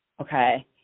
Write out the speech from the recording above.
Okay